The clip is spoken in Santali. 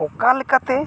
ᱚᱠᱟ ᱞᱮᱠᱟᱛᱮ